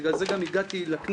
בגלל זה גם הגעתי לכנסת,